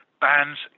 bands